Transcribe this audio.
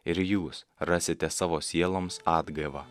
ir jūs rasite savo sieloms atgaivą